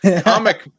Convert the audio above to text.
Comic